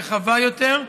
רחבה יותר,